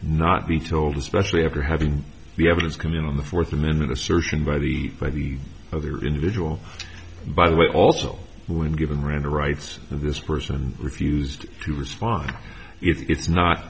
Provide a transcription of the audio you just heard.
not be told especially after having the evidence come in on the fourth amendment assertion by the by the other individual and by the way also when given miranda rights of this person refused to respond if it's not